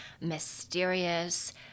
mysterious